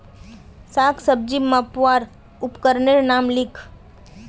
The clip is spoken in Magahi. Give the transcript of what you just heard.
साग सब्जी मपवार उपकरनेर नाम लिख?